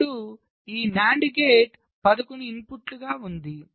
ఇప్పుడు ఈ NAND gate 11 ఇన్పుట్గా ఉంది